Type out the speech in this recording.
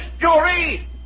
jury